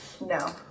No